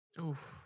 Oof